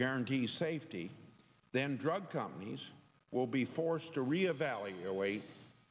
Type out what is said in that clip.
guarantee safety then drug companies will be forced to re evaluate